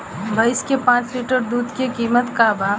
भईस के पांच लीटर दुध के कीमत का बा?